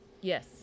Yes